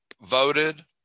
voted